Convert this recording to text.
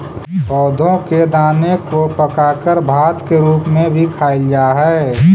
पौधों के दाने को पकाकर भात के रूप में भी खाईल जा हई